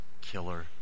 killer